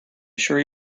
sure